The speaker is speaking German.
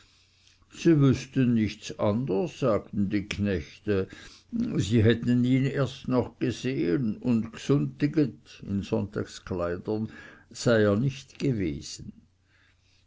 sie wüßten nichts anders sagten die knechte sie hätten ihn erst noch gesehen und gsunntiget sei er nicht gewesen